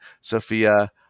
Sophia